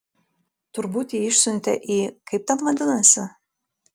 turbūt jį išsiuntė į kaip ten vadinasi